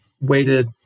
weighted